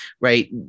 right